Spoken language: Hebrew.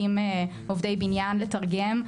עובדי בניין לתרגם.